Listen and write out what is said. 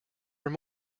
were